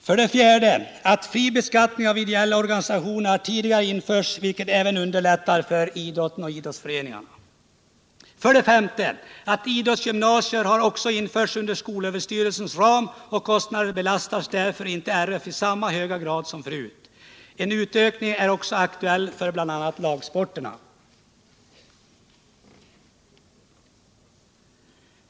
För det fjärde har befrielse för ideella organisationer från att betala skatt tidigare införts, vilket även det underlättar för idrotten och idrottsföreningarnas verksamhet. För det femte har idrottsgymnasier också införts inom skolöverstyrelsens ram, och kostnaden belastar därför inte RF i samma höga grad som förut. En utökning är också aktuell för bl.a. lagsporterna.